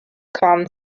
clan